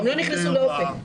הם לא נכנסו לאופק.